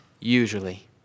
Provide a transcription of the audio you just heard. usually